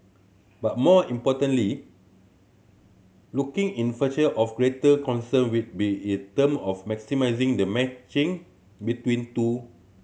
but more importantly looking in future of greater concern will be in term of maximising the matching between two